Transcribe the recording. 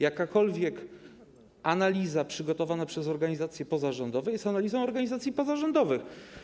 Jakakolwiek analiza przygotowana przez organizacje pozarządowe jest analizą organizacji pozarządowych.